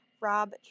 Rob